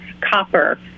copper